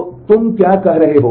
तो तुम क्या कह रहे हो